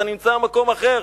אתה נמצא במקום אחר.